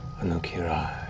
anukirai